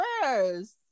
first